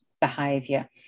behavior